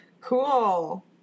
Cool